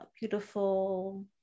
beautiful